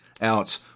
out